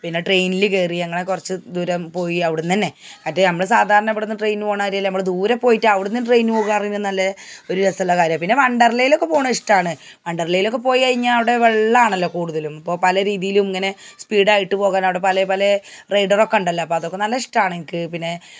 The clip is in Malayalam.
പിന്നെ ട്രെയിനിൽ കയറി അങ്ങനെ കുറച്ചു ദൂരം പോയി അവിടുന്നന്നെ മറ്റെ നമ്മള് സാധാരണ ഇവിടുന്ന് ട്രെയിനിനു പോണ മാതിരിയല്ല ദൂരെ പോയിട്ട് അവിടുന്ന് ട്രെയിനിന് പോകാന്ന് പറേന്നെ ഒരു രസുളള കാര്യമാ പിന്നെ വണ്ടർലേയിലേക്കു പോണേ ഇഷ്ടമാണ് വണ്ടർലേലൊക്കെ പോയിക്കഴിഞ്ഞാല് അവിടെ വെള്ളമാണല്ലോ കൂടുതലും ഇപ്പോള് പല രീതിയിലും ഇങ്ങനെ സ്പീഡായിട്ട് പോകനാവിടെ പല പലേ റൈഡറൊക്കെ ഉണ്ടല്ലോ അപ്പോള് എനിക്ക് നല്ല ഇഷ്ടമാണ് എനിക്കു പിന്നെ